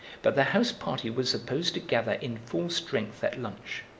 but the house-party was supposed to gather in full strength at lunch.